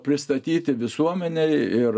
pristatyti visuomenei ir